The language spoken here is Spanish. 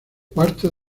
cuarto